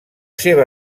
seva